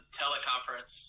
teleconference